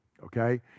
okay